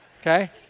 okay